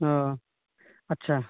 ᱚᱸᱻ ᱟᱪᱪᱷᱟ